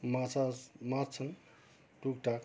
माछा मार्छन् टुकटाक